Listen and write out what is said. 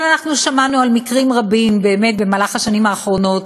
אבל שמענו על מקרים רבים באמת במהלך השנים האחרונות,